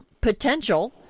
potential